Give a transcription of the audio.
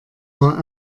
war